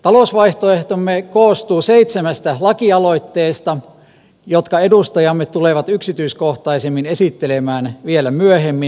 talousvaihtoehtomme koostuu seitsemästä lakialoitteesta jotka edustajamme tulevat yksityiskohtaisemmin esittelemään vielä myöhemmin